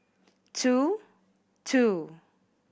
two two